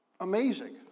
amazing